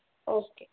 okay